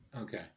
Okay